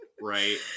Right